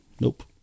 Nope